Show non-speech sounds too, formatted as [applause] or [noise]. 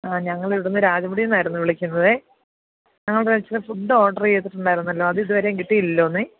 ആ ഞങ്ങൾ ഇവിടെ നിന്ന് രാജകുടിയിൽ നിന്നായിരുന്നു വിളിക്കുന്നത് ഞങ്ങൾ [unintelligible] ഫുഡ് ഓഡർ ചെയ്തിട്ടുണ്ടായിരുന്നല്ലോ അത് ഇതുവരെയും കിട്ടിയില്ലല്ലോ